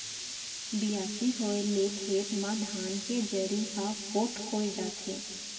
बियासी होए ले खेत म धान के जरी ह पोठ हो जाथे